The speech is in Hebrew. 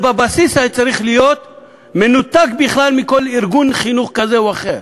זה בבסיס היה צריך להיות מנותק בכלל מכל ארגון חינוך כזה או אחר: